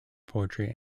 poetry